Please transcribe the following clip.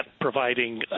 providing